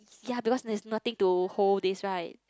ya because there is nothing to hold this right